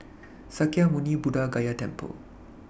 Sakya Muni Buddha Gaya Temple